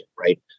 right